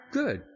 good